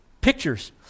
pictures